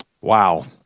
Wow